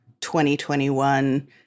2021